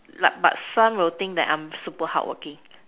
like but some will think that I'm super hardworking